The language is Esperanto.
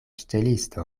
ŝtelisto